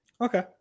Okay